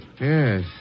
Yes